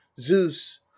zeus